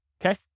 Okay